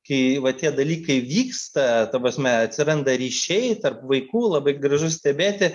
kai va tie dalykai vyksta ta prasme atsiranda ryšiai tarp vaikų labai gražu stebėti